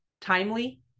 timely